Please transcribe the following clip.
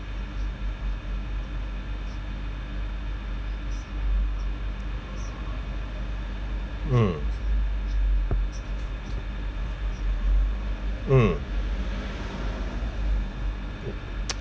mm mm